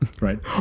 right